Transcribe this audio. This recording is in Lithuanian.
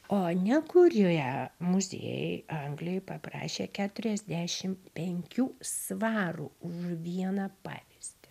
o ne kurie muziejai anglijoj paprašė keturiasdešim penkių svarų už vieną pavyzdį